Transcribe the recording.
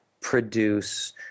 produce